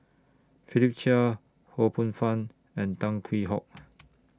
Philip Chia Ho Poh Fun and Tan Hwee Hock